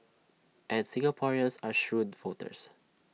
and Singaporeans are shrewd voters